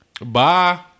Bye